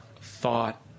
thought